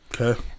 okay